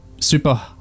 super